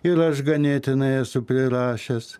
ir aš ganėtinai esu prirašęs